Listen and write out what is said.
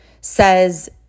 says